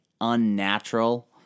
unnatural